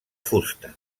fusta